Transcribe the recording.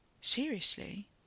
Seriously